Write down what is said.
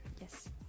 yes